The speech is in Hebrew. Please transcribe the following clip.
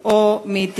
המדינות או מאתיופיה.